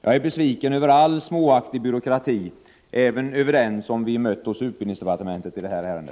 Jag är besviken över all småaktig byråkrati — även över den som vi mött hos utbildningsdepartementet i det här ärendet.